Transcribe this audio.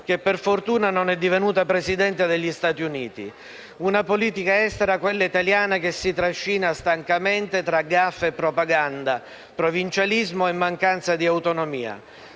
che, per fortuna, non è divenuta Presidente degli Stati Uniti. È una politica estera, quella italiana, che si trascina stancamente tra *gaffe* e propaganda, provincialismo e mancanza di autonomia.